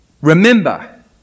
Remember